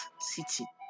city